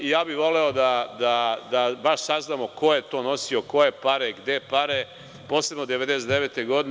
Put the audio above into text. Ja bih voleo da baš saznamo ko je to nosio koje pare, gde pare, posebno 1999. godine.